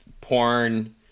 porn